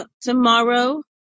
tomorrow